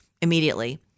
immediately